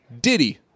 Diddy